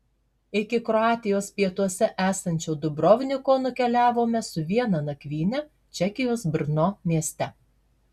iki kroatijos pietuose esančio dubrovniko nukeliavome su viena nakvyne čekijos brno mieste